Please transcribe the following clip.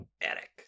Eric